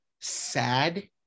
sad